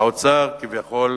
והאוצר כביכול,